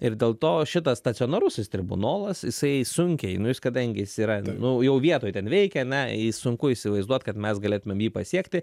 ir dėl to šitas stacionarusis tribunolas jisai sunkiai nu jis kadangi jis yra nu jau vietoj ten veikia ane jį sunku įsivaizduot kad mes galėtumėm jį pasiekti